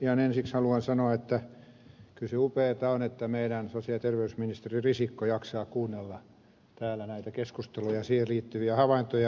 ihan ensiksi haluan sanoa että kyllä se upeata on että meidän sosiaali ja terveysministerimme risikko jaksaa kuunnella täällä näitä keskusteluja ja asiaan liittyviä havaintoja